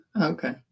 Okay